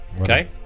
Okay